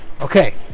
Okay